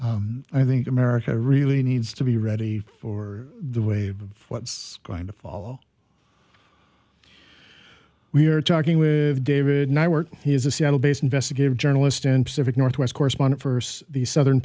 sheen i think america really needs to be ready for the wave of what's going to follow we are talking with david neiwert he is a seattle based investigative journalist and pacific northwest correspondent for the southern